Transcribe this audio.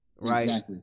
Right